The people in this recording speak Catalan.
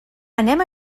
anem